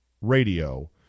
Radio